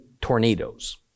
tornadoes